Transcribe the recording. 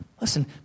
Listen